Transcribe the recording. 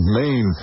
main